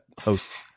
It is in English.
hosts